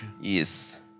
Yes